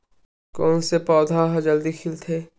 कोन से पौधा ह जल्दी से खिलथे?